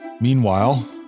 Meanwhile